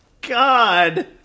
God